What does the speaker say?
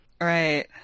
Right